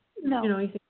No